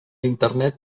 internet